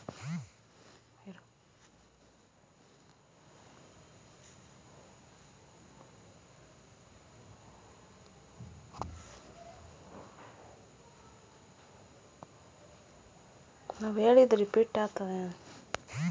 nylon, ಉಣ್ಣೆ, ಕಬ್ಬಿಣದ ತಂತಿಗಳು ಮೀನಿನ ಬಲೆಗೆ ಮೀನುಗಾರರು ಹೆಚ್ಚಾಗಿ ಬಳಸ್ತರೆ